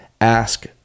ask